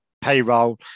payroll